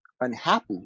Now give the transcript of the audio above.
unhappy